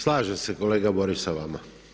Slažem se kolega Borić sa vama.